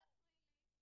שלום לכולם.